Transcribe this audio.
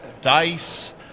dice